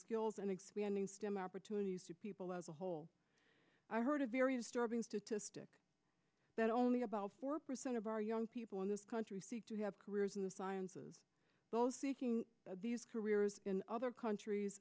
skills and expanding stem opportunities to people as a whole i heard a very disturbing statistic that only about four percent of our young people in this country seek to have careers in the sciences those seeking these careers in other countries